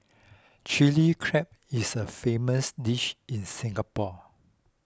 Chilli Crab is a famous dish in Singapore